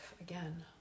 again